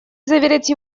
заверить